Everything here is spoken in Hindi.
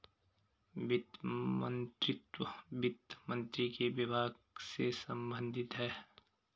वित्त मंत्रीत्व वित्त मंत्री के विभाग से संबंधित है